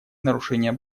нарушения